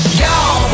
y'all